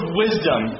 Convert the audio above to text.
wisdom